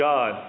God